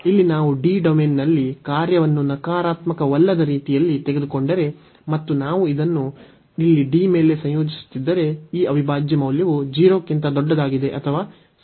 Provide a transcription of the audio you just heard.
ಇಲ್ಲಿ ನಾವು D ಡೊಮೇನ್ನಲ್ಲಿ ಕಾರ್ಯವನ್ನು ನಕಾರಾತ್ಮಕವಲ್ಲದ ರೀತಿಯಲ್ಲಿ ತೆಗೆದುಕೊಂಡರೆ ಮತ್ತು ನಾವು ಇದನ್ನು ಇಲ್ಲಿ D ಮೇಲೆ ಸಂಯೋಜಿಸುತ್ತಿದ್ದರೆ ಈ ಅವಿಭಾಜ್ಯ ಮೌಲ್ಯವು 0 ಕ್ಕಿಂತ ದೊಡ್ಡದಾಗಿದೆ ಅಥವಾ ಸಮನಾಗಿರುತ್ತದೆ